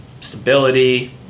stability